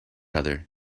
other